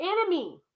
enemy